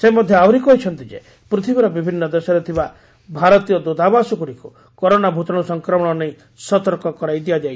ସେ ମଧ୍ୟ ଆହୁରି କହିଛନ୍ତି ଯେ ପୂଥିବୀର ବିଭିନ୍ନ ଦେଶରେ ଥିବା ଭାରତୀୟ ଦୂତାବାସଗୁଡ଼ିକୁ କରୋନା ଭୂତାଣୁ ସଂକ୍ରମଣ ନେଇ ସତର୍କ କରାଇ ଦିଆଯାଇଛି